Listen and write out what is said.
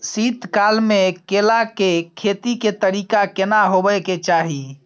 शीत काल म केला के खेती के तरीका केना होबय के चाही?